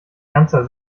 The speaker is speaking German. ganzer